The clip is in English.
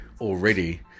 already